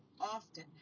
often